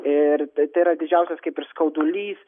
ir tai yra didžiausias kaip ir skaudulys